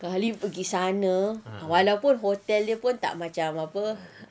sekali pergi sana walaupun hotel dia tak macam apa